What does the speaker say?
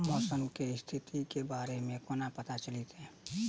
मौसम केँ स्थिति केँ बारे मे कोना पत्ता चलितै?